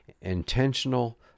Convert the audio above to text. intentional